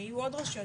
שיהיו עוד רשויות,